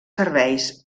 serveis